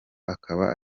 akaba